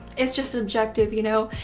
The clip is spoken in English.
it's just objective, you know.